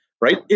right